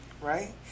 right